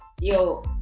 yo